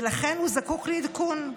ולכן הוא זקוק לעדכון.